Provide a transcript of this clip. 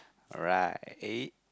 alright eh